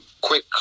quick